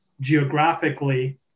geographically